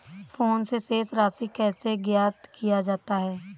Phone से शेष राशि कैसे ज्ञात किया जाता है?